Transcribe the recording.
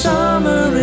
Summer